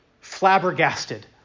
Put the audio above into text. flabbergasted